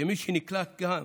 כמי שנקלט כאן